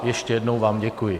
Ještě jednou vám děkuji.